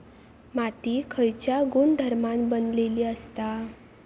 माती खयच्या गुणधर्मान बनलेली असता?